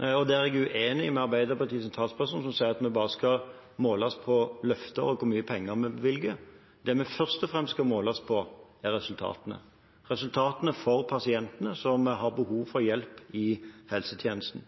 og der er jeg uenig med Arbeiderpartiets talsperson, som sier at vi bare skal måles på løfter og på hvor mange penger vi bevilger – er resultatene, resultatene for pasientene som har behov for hjelp i helsetjenesten.